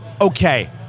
Okay